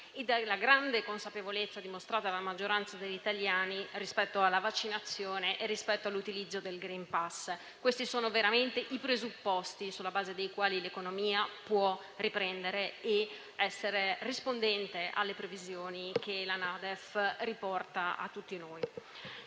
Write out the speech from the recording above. e dalla grande consapevolezza, dimostrata dalla maggioranza degli italiani, rispetto alla vaccinazione e all'utilizzo del *green pass*. Questi sono veramente i presupposti sulla base dei quali l'economia può riprendere ed essere rispondente alle previsioni che la NADEF riporta a tutti noi.